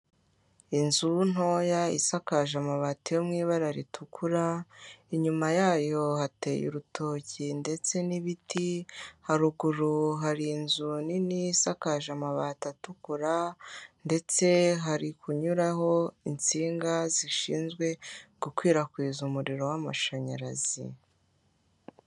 Inzu ntoya isakaje amabati yo mu ibara ritukura, inyuma yayo hateye urutoki ndetse n'ibiti, haruguru hari inzu nini isakaje amabati atukura ndetse hari kunyuraho insinga zishinzwe gukwirakwiza umuriro w'amashanyarazi.